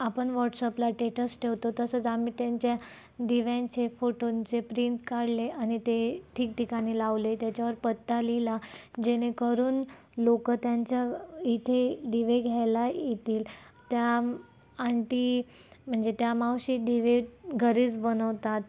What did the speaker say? आपण व्हॉट्सअपला टेटस ठेवतो तसंच आम्ही त्यांच्या दिव्यांचे फोटोंचे प्रिंट काढले आणि ते ठिकठिकाणी लावले त्याच्यावर पत्ता लिहिला जेणेकरून लोक त्यांच्या इथे दिवे घ्यायला येतील त्या आंटी म्हणजे त्या मावशी दिवे घरीच बनवतात